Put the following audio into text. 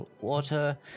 water